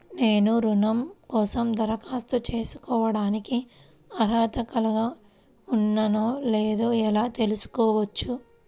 నేను రుణం కోసం దరఖాస్తు చేసుకోవడానికి అర్హత కలిగి ఉన్నానో లేదో ఎలా తెలుసుకోవచ్చు?